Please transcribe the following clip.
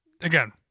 Again